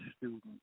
student